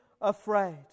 afraid